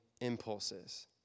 impulses